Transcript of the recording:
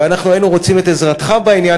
ואנחנו היינו רוצים את עזרתך בעניין.